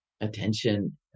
attention